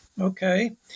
Okay